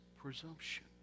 presumption